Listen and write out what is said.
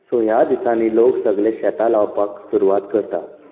so ह्या दिसांनी लोक सगळे शेतां लावपाक सुरवात करतात